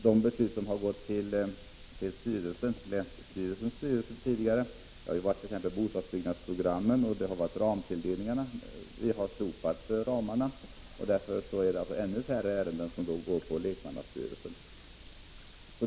De beslut som tidigare har gått till länsstyrelsens styrelse har gällt t.ex. bostadsbyggnadsprogrammen och ramtilldelningarna. Nu har vi slopat ramarna, och därför är det ännu färre beslut som går till lekmannastyrelsen.